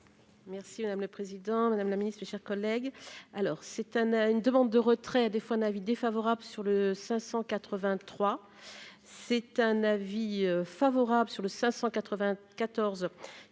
Merci madame le président, madame la ministre, chers collègues, alors cette année à une demande de retrait des fois un avis défavorable sur le 583 c'est un avis favorable sur le 594